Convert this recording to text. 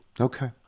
Okay